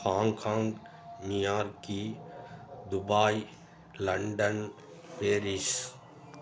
Hong Kong New York Dubai London Paris